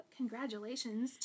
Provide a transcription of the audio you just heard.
congratulations